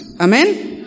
amen